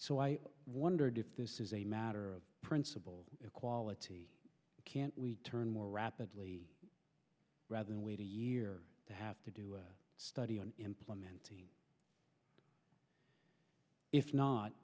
so i wondered if this is a matter of principle equality can we turn more rapidly rather than wait a year to have to do a study on implementing if not